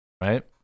Right